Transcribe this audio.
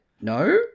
no